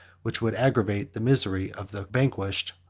which would aggravate the misery of the vanquished,